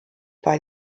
bei